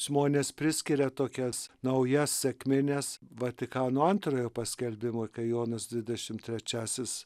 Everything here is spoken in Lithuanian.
žmonės priskiria tokias naujas sekmines vatikano antrojo paskelbimo kai jonas dvidešimt trečiasis